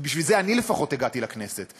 ובשביל זה אני לפחות הגעתי לכנסת,